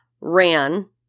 ran